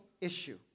issue